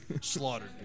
Slaughtered